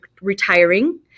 retiring